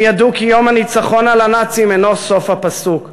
הם ידעו כי יום הניצחון על הנאצים אינו סוף הפסוק,